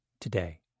today